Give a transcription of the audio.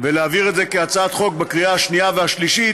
ולהעביר את זה כהצעת חוק בקריאה השנייה והשלישית,